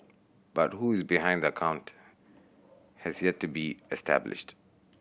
but who is behind the account has yet to be established